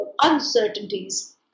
uncertainties